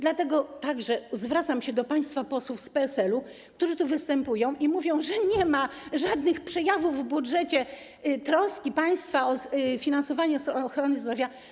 Dlatego także zwracam się do państwa posłów z PSL-u, którzy tu występują i mówią, że nie ma w budżecie żadnych przejawów troski państwa o finansowanie ochrony zdrowia.